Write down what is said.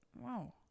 Wow